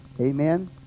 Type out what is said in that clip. Amen